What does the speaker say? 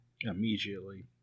immediately